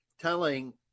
telling